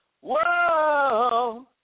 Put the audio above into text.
whoa